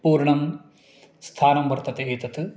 पूर्णं स्थानं वर्तते एतत्